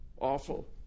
Awful